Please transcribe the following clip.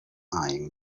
eyeing